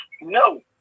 no